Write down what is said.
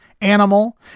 animal